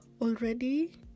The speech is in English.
already